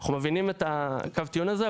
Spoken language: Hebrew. אנחנו מבינים את קו הטיעון הזה,